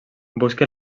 busca